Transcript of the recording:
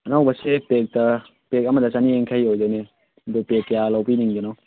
ꯑꯅꯧꯕꯁꯦ ꯄꯦꯛꯇ ꯄꯦꯛ ꯑꯃꯗ ꯆꯅꯤꯌꯥꯡꯈꯩ ꯑꯣꯏꯗꯣꯏꯅꯦ ꯑꯗꯨ ꯄꯦꯛ ꯀꯌꯥ ꯂꯧꯕꯤꯅꯤꯡꯕꯅꯣ